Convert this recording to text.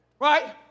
Right